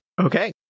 Okay